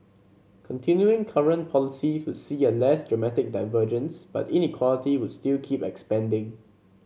continuing current policies would see a less dramatic divergence but inequality would still keep expanding